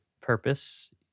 Purpose